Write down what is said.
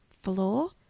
floor